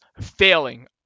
failing